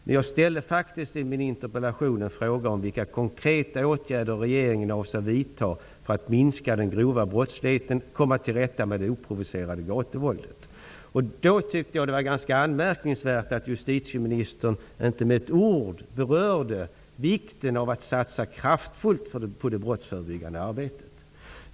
Men jag ställde faktiskt en fråga i min interpellation om vilka konkreta åtgärder som regeringen avser att vidta för att minska den grova brottsligheten och för att komma till rätta med det oprovocerade gatuvåldet. Jag tyckte därför att det var ganska anmärkningsvärt att justitieministern inte med ett ord berörde vikten av att satsa kraftfullt på det brottsförebyggande arbetet.